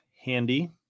handy